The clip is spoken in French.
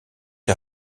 les